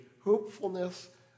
hopefulness